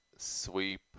Sweep